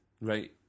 Right